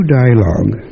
dialogue